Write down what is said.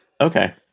Okay